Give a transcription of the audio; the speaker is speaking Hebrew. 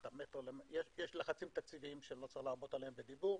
יש לחצים תקציבים שלא צריך להרבות בהם בדיבור,